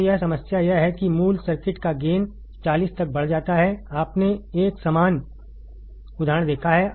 तो यह समस्या यह है कि मूल सर्किट का गेन 40 तक बढ़ जाता है आपने एकसमान उदाहरणदेखा है